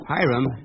Hiram